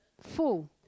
Full